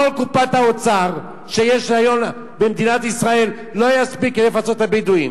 כל קופת האוצר שיש היום במדינת ישראל לא תספיק כדי לפצות את הבדואים.